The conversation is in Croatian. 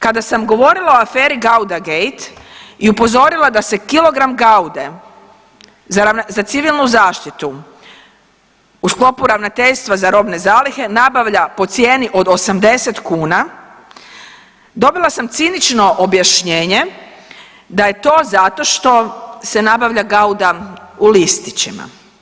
Kada sam govorila o aferi Gauda Gate i upozorila da se kilogram gaude za civilnu zaštitu u sklopu ravnateljstva za robne zalihe nabavlja po cijeni od 80 kuna dobila sam cinično objašnjenje da je to zato što se nabavlja Gauda u listićima.